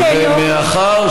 אני שמעתי אותך ברוב קשב וגם בשקט.